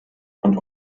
und